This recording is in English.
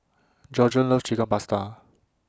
Georgiann loves Chicken Pasta